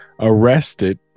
arrested